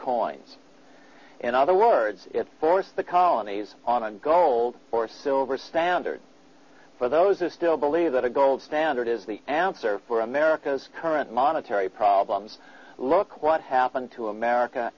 coins in other words it forced the colonies on a gold or silver standard for those who still believe that a gold standard is the answer for america's current monetary problems look what happened to america